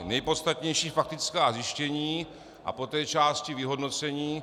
Nejpodstatnější faktická zjištění a poté částí Vyhodnocení.